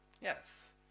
Yes